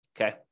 okay